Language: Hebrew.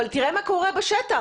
אבל תראה מה קורה בשטח,